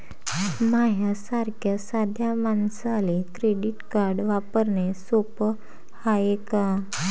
माह्या सारख्या साध्या मानसाले क्रेडिट कार्ड वापरने सोपं हाय का?